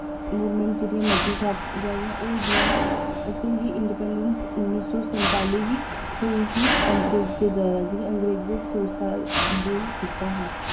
मूवमैंटां जेह्ड़ियां मतियां जैदा होई दियां न असें गी इंडिपैंडैंस उन्नी सौ सन्ताली गी थ्होई ही अंग्रेजें थमां जि'नें अंग्रजें सौ साल रूल कीता हा